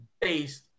based